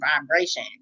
vibration